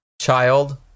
child